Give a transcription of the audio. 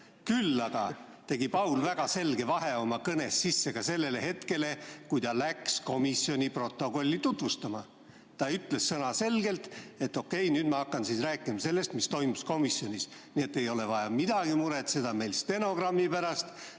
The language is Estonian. Küll aga tegi Paul väga selge vahe oma kõnes sisse hetkel, kui ta hakkas komisjoni protokolli tutvustama. Ta ütles selge sõnaga, et okei, nüüd ma hakkan rääkima sellest, mis toimus komisjonis. Nii et ei ole vaja muretseda stenogrammi pärast,